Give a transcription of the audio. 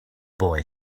boy